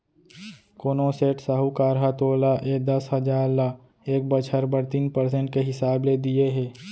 कोनों सेठ, साहूकार ह तोला ए दस हजार ल एक बछर बर तीन परसेंट के हिसाब ले दिये हे?